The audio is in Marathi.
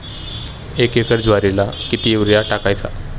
एक एकर ज्वारीला किती युरिया टाकायचा?